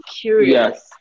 curious